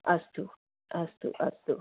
अस्तु अस्तु अस्तु